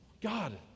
God